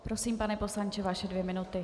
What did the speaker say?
Prosím, pane poslanče, vaše dvě minuty.